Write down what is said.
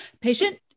patient